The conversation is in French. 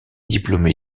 diplômé